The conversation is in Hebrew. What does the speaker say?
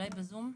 אולי בזום?